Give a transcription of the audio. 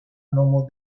nomo